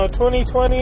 2020